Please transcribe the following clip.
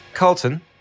Carlton